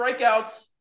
Strikeouts